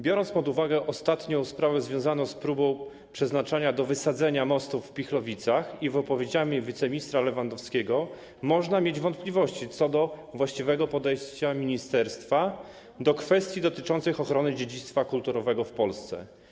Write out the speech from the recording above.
Biorąc pod uwagę ostatnią sprawę związaną z próbą przeznaczenia do wysadzenia mostu w Pilchowicach i odpowiedzi wiceministra Lewandowskiego, można mieć wątpliwości co do właściwego podejścia ministerstwa do kwestii dotyczących ochrony dziedzictwa kulturowego w Polsce.